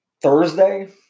Thursday